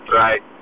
right